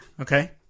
Okay